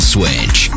Switch